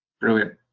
brilliant